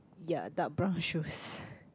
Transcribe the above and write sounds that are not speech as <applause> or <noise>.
ya dark brown shoes <breath>